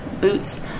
boots